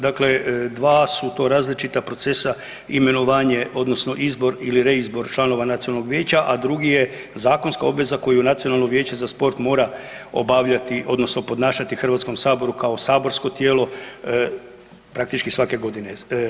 Dakle, dva su to različita procesa imenovanje odnosno izbor ili reizbor članova nacionalnog vijeća, a drugi je zakonska obveza koju Nacionalno vijeće za sport mora obavljati odnosno podnašati Hrvatskom saboru kao saborsko tijelo praktički svake godine.